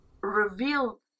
reveal